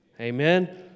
Amen